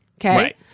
Okay